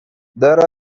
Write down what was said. there